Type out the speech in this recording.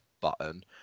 button